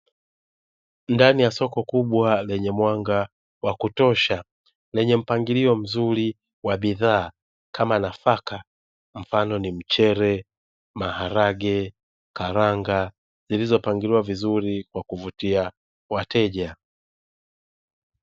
Ndani ya soko kubwa lenye mwanga wa kutosha, lenye mpangilio mzuri wa bidhaa kama nafaka mfano ni: mchele, maharage, karanga zilizopangiliwa vizuri kwa kuvutia wateja.